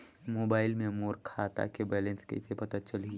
Mobile मे मोर खाता के बैलेंस कइसे पता चलही?